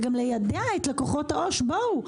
וגם ליידע את לקוחות העו"ש: בואו,